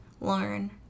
learn